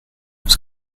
oes